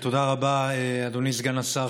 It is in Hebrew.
תודה רבה, אדוני סגן השר.